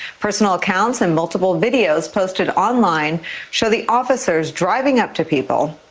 personal accounts and multiple videos posted online show the officers driving up to people,